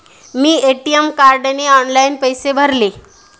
मी ATM कार्डने online पैसे भरले